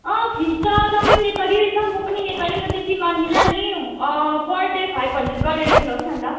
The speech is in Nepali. अँ फिस त तपाईँ नि नेपाली रहेछ म पनि नेपाली म बेसी माग्दिनँ नि अँ पर डे फाइभ हन्ड्रेड गरेर दिनुहोस् न अन्त